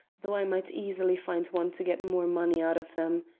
though i might easily find one to get more money out of them.